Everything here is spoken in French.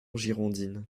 girondine